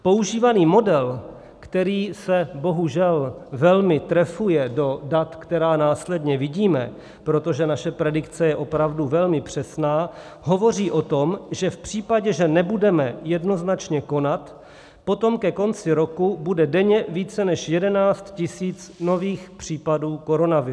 Používaný model, který se bohužel velmi trefuje do dat, která následně vidíme, protože naše predikce je opravdu velmi přesná, hovoří o tom, že v případě, že nebudeme jednoznačně konat, potom ke konci roku bude denně více než 11 tisíc nových případů koronaviru.